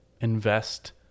invest